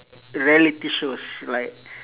reality shows like